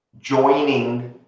joining